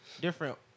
different